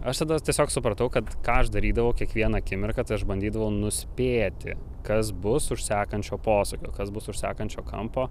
aš tada tiesiog supratau kad ką aš darydavau kiekvieną akimirką tai aš bandydavau nuspėti kas bus už sekančio posūkio kas bus už sekančio kampo